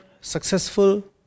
successful